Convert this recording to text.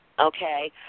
Okay